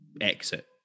exit